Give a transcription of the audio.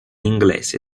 inglese